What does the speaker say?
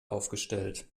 aufgestellt